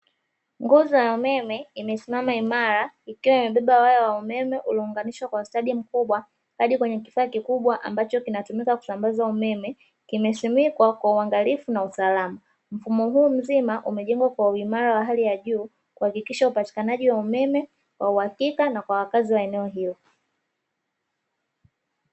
Nguzo ya umeme imesimama imara, ikiwa imebeba waya wa umeme uliyounganishwa kwa ustadi mkubwa hadi kwenye kifaa kikubwa ambacho kinatumika kusambaza umeme kimesimikwa kwa uangalifu na usalama. Mfumo huu mzima umejengwa kwa uimara wa hali ya juu kuhakikisha upatikanaji wa umeme wa uwakika na kwa wakazi wa eneo hilo.